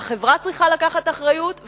והחברה צריכה לקחת אחריות,